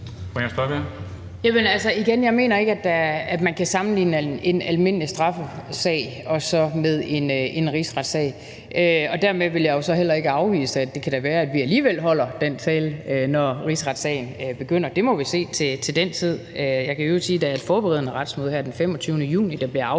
jeg ikke mener, at man kan sammenligne en almindelig straffesag med en rigsretssag, og dermed vil jeg jo så heller ikke afvise, at vi alligevel holder den tale, når rigsretssagen begynder – det må vi se til den tid. Jeg kan i øvrigt sige, at der er et forberedende retsmøde den 25. juni,